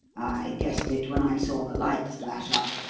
i guessed it when i saw the lights flash up.